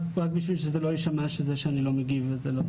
רק כדי שזה לא יישמע שזה שאני לא מגיב על זה,